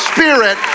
Spirit